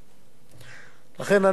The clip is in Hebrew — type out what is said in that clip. לכן,